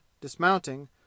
dismounting